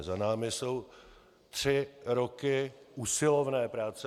Za námi jsou tři roky usilovné práce.